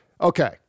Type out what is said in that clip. Okay